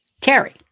Terry